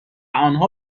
آنها